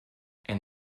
and